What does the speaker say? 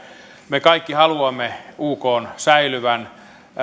me kaikki haluamme ukn säilyvän